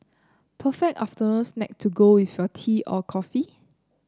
perfect afternoon snack to go with your tea or coffee